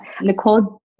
Nicole